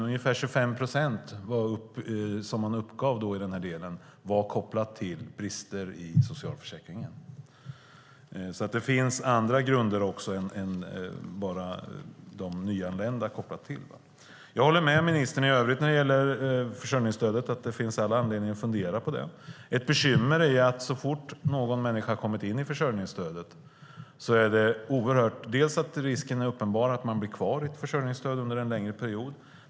Ungefär 25 procent uppgav att det var kopplat till brister i socialförsäkringen. Det finns alltså även andra grunder än bara att man är nyanländ. Jag håller med ministern om att det finns all anledning att fundera över försörjningsstödet i övrigt. Ett bekymmer är att så fort någon har kommit in i försörjningsstödet är risken uppenbar att man blir kvar i det under en längre period.